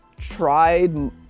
tried